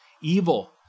evil